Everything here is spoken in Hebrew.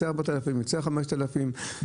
4,000-5,000.